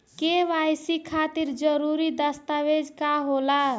KYC खातिर जरूरी दस्तावेज का का होला?